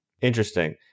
Interesting